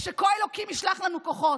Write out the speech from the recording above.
ושכה אלוקים ישלח לנו כוחות,